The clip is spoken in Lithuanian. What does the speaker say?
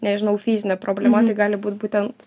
nežinau fizine problema tai gali būt būtent